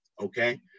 okay